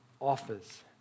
offers